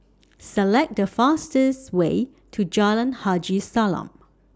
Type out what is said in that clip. Select The fastest Way to Jalan Haji Salam